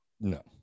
No